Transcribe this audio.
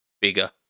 bigger